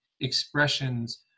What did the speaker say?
expressions